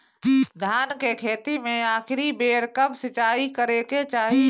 धान के खेती मे आखिरी बेर कब सिचाई करे के चाही?